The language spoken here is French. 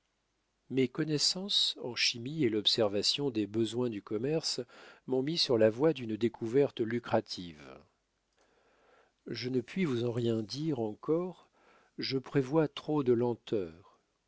mes connaissances en chimie et l'observation des besoins du commerce m'ont mis sur la voie d'une découverte lucrative je ne puis vous en rien dire encore je prévois trop de lenteurs